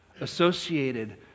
associated